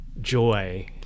joy